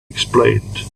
explained